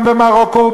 גם במרוקו,